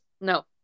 No